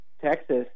Texas